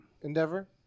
endeavor